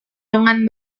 dengan